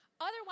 Otherwise